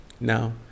now